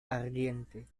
ardiente